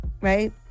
Right